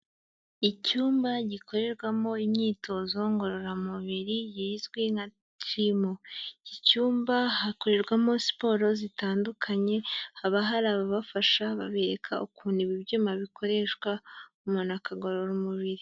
Icyumba gikorerwamo imyitozo ngororamubiri kizwi nka jyimu, iki icyumba hakorerwamo siporo zitandukanye, haba hari ababafasha babereka ukuntu ibi ibyuma bikoreshwa, umuntu akagorora umubiri.